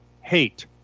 hate